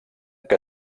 que